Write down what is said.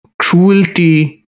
cruelty